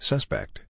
Suspect